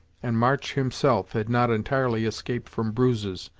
and march himself had not entirely escaped from bruises,